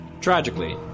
Tragically